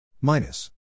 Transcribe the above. Minus